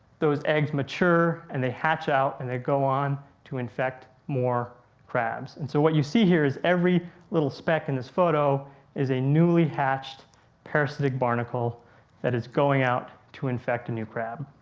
those eggs mature and they hatch out and they go on to infect more crabs. and so what you see here is every little speck in this photo is a newly hatched parasitic barnacle that is going out to infect a new crab.